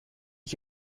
ich